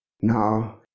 now